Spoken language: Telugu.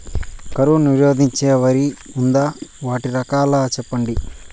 కరువు నిరోధించే వరి ఉందా? వాటి రకాలు చెప్పండి?